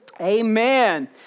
Amen